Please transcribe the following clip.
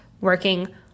working